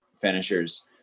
finishers